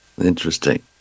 Interesting